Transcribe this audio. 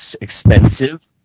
expensive